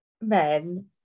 men